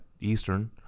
Eastern